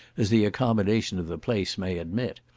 as the accommodation of the place may admit,